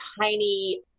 tiny